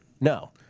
No